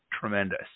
tremendous